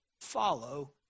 Follow